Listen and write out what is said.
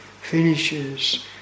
finishes